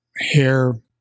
hair